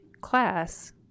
class